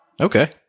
Okay